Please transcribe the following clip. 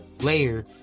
layer